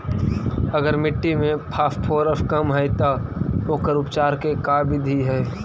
अगर मट्टी में फास्फोरस कम है त ओकर उपचार के का बिधि है?